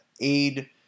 aid